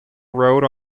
road